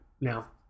now